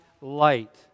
light